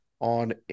on